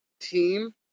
team